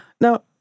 Now